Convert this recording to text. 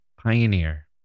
pioneer